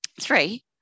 three